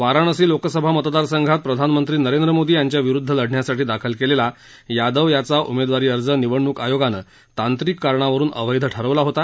वाराणसी लोकसभा मतदारसंघात प्रधानमंत्री नरेंद्र मोदी यांच्याविरुद्ध लढण्यासाठी दाखल केलेला यादव याचा उमेदवारी अर्ज निवडणूक आयोगानं तांत्रिक कारणावरुन अवैध ठरवला होता